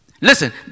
listen